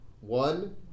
One